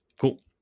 cool